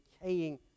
decaying